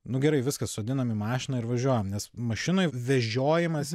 nu gerai viskas sodinam į mašiną ir važiuojam nes mašinoj vežiojimas